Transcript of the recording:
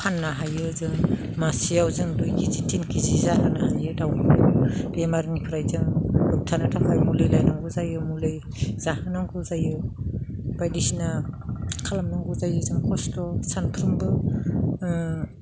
फाननो हायो जों मासेयाव जों दुइ केजि तिन केजि जाहोनो हायो दाउखौ बेमारनिफ्राय जों होब्थानो थाखाय मुलि लायनांगौ जायो मुलै जाहोनांगौ जायो बायदिसिना खालामनांगौ जायो जों खस्त' सानफ्रोमबो